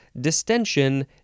distension